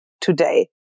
today